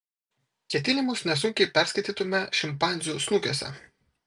ketinimus nesunkiai perskaitytume šimpanzių snukiuose